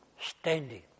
standing